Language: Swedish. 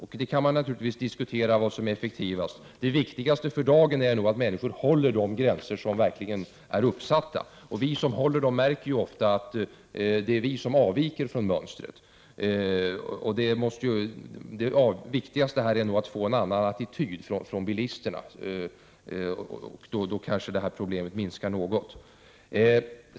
Man kan naturligtvis diskutera vad som är effektivast. Det viktigaste för dagen är nog att få människor att hålla de gränser som verkligen är uppsatta. Vi som håller gränserna märker ofta att det är vi som avviker från mönstret. Det viktigaste är att få bilisterna att inta en annan attityd. I så fall kommer kanske det här problemet att minska något.